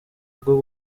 bwo